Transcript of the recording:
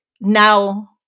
now